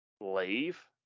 Leave